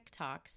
tiktoks